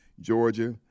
Georgia